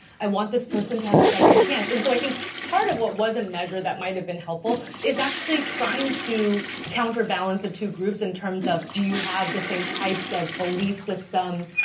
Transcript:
i want this person to have a second chance. and so i think part of what wasn't measured that might have been helpful is actually trying to counterbalance the two groups in terms of do you have the same types of belief systems,